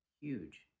Huge